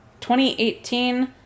2018